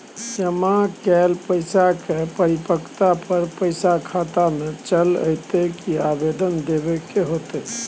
जमा कैल पैसा के परिपक्वता पर पैसा खाता में चल अयतै की आवेदन देबे के होतै?